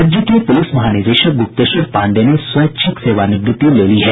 राज्य के पुलिस महानिदेशक गुप्तेश्वर पांडेय ने स्वैच्छिक सेवानिवृत्ति ले ली है